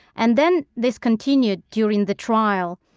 and then this continued during the trial,